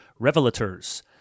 revelators